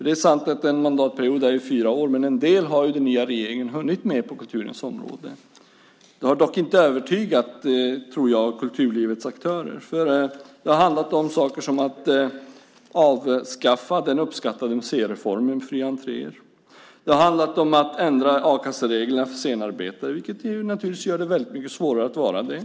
Det är sant att en mandatperiod är fyra år, men en del har den nya regeringen ändå hunnit med på kulturens område - även om jag inte tror att det har övertygat kulturlivets aktörer. Det har handlat om saker som att avskaffa den uppskattade museireformen med fria entréer. Det har handlat om att ändra a-kassereglerna för scenarbetare, vilket naturligtvis gör det väldigt mycket svårare att vara det.